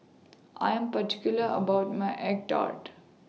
I Am particular about My Egg Tart